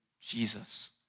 Jesus